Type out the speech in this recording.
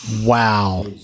Wow